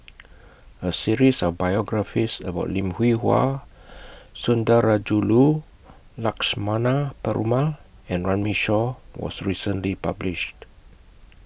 A series of biographies about Lim Hwee Hua Sundarajulu Lakshmana Perumal and Runme Shaw was recently published